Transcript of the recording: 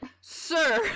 Sir